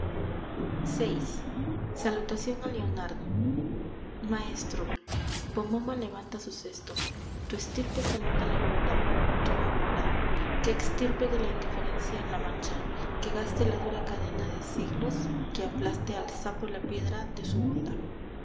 vi salutación a leonardo maestro pomona levanta su cesto tu estirpe saluda la aurora tu aurora que extirpe de la indiferencia la mancha que gaste la dura cadena de siglos que aplaste al sapo la piedra de su honda